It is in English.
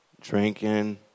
drinking